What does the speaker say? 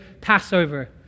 Passover